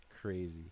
crazy